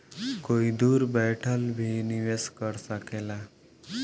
कोई दूर बैठल भी निवेश कर सकेला